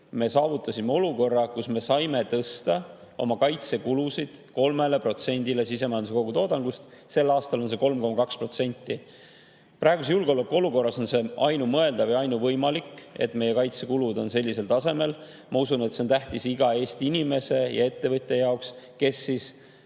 me saavutasime olukorra, kus me saime tõsta oma kaitsekulud 3%‑le sisemajanduse kogutoodangust, sel aastal on see 3,2%. Praeguses julgeolekuolukorras on see ainumõeldav ja ainuvõimalik, et meie kaitsekulud on sellisel tasemel. Ma usun, et see on tähtis iga Eesti inimese ja ettevõtja jaoks, kes küll